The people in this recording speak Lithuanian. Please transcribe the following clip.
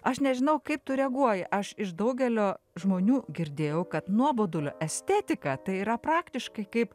aš nežinau kaip tu reaguoji aš iš daugelio žmonių girdėjau kad nuobodulio estetika tai yra praktiškai kaip